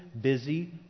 busy